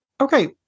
Okay